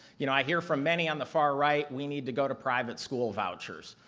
you know i hear from many on the far right, we need to go to private school vouchers.